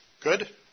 Good